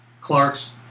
Clark's